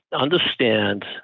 understand